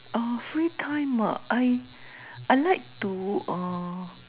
ah free time uh I I like to uh